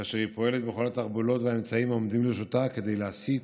כאשר היא פועלת בכל התחבולות והאמצעים העומדים לרשותה כדי להסית